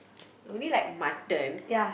you only like mutton